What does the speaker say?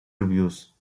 reviews